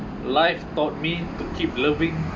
life taught me to keep loving